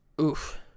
Oof